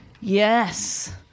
Yes